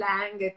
Lang